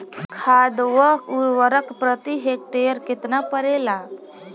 खाध व उर्वरक प्रति हेक्टेयर केतना पड़ेला?